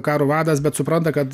karo vadas bet supranta kad